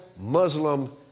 Muslim